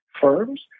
firms